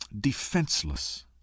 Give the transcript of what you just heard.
defenseless